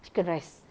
chicken rice